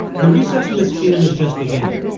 the research in this field is just beginning.